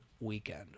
weekend